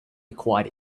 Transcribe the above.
acquired